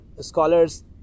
scholars